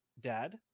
dad